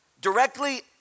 directly